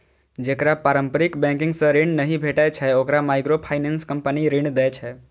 जेकरा पारंपरिक बैंकिंग सं ऋण नहि भेटै छै, ओकरा माइक्रोफाइनेंस कंपनी ऋण दै छै